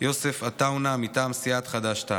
יוסף עטאונה מטעם סיעת חד"ש-תע"ל.